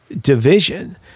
division